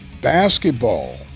basketball